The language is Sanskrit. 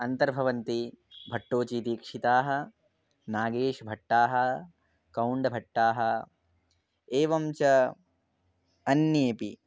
अन्तर्भवन्ति भट्टोजीदीक्षितः नागेशभट्टः कौण्डभट्टः एवं च अन्येपि